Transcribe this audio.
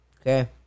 Okay